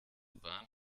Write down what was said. bahn